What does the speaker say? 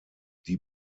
die